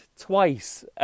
twice